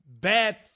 bad